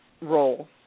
role